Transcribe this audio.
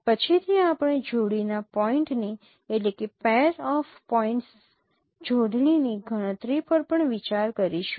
પછીથી આપણે જોડીના પોઈન્ટની જોડણીની ગણતરી પર પણ વિચાર કરીશું